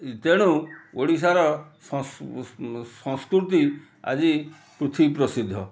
ତେଣୁ ଓଡ଼ିଶାର ସଂସ୍କୃତି ଆଜି ପୃଥିବୀ ପ୍ରସିଦ୍ଧ